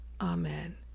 amen